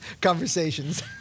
conversations